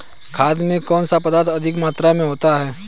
खाद में कौन सा पदार्थ अधिक मात्रा में होता है?